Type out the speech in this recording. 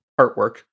artwork